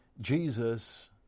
Jesus